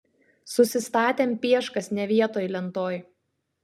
susistatėm pieškas ne vietoj lentoj